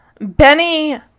Benny